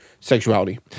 sexuality